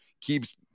keeps